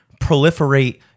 proliferate